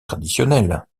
traditionnelle